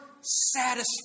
satisfied